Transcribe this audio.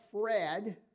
Fred